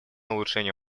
улучшение